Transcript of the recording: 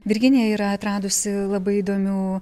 virginija yra atradusi labai įdomių